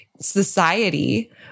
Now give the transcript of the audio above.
society